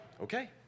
Okay